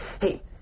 hey